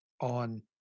on